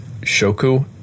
Shoku